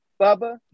Bubba